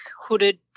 hooded